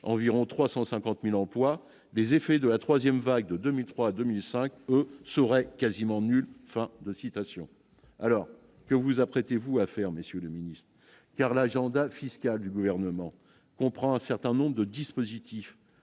environ 350000 emplois les effets de la 3ème vague de 2003 2005 serait quasiment nul, fin de citation alors que vous vous apprêtez-vous à faire Monsieur le ministre, car la Gendak fiscal du gouvernement comprend un certain nombre de dispositifs